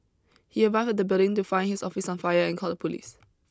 he arrived at the building to find his office on fire and called the police